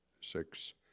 six